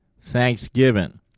Thanksgiving